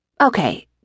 Okay